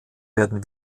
werden